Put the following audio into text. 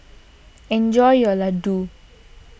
enjoy your Ladoo